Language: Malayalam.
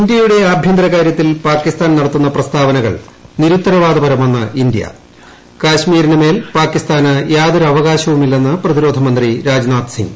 ഇന്ത്യയുടെ ആഭ്യന്തരകാര്യത്തിൽ പാകിസ്ഥാൻ നടത്തുന്ന പ്രസ്താവനകൾ നിരുത്തരവാദപരമെന്ന് ഇന്ത്യ കാശ്മീരിന് മേൽ പാകിസ്ഥാന് യാതൊരു അവകാശവുമില്ലെന്ന് പ്രതിരോധമന്ത്രി രാജ്നാഥ് സിംഗ്